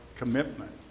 commitment